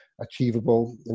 achievable